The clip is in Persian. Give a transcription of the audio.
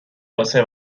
واسه